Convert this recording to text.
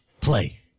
play